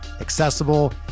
accessible